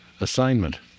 assignment